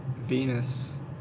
Venus